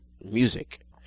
music